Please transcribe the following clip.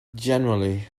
generally